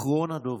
אחרון הדוברים,